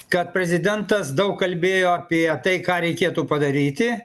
kad prezidentas daug kalbėjo apie tai ką reikėtų padaryti